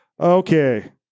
Okay